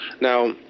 Now